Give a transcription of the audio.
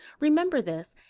remember this,